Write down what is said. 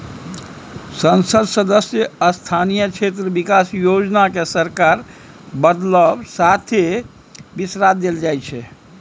संसद सदस्य स्थानीय क्षेत्र बिकास योजना केँ सरकार बदलब साथे बिसरा देल जाइ छै